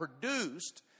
produced